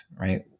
right